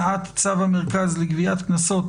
על סדר-היום: הצעת צו המרכז לגביית קנסות,